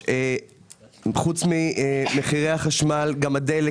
חוץ ממחירי החשמל, גם הדלק.